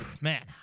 man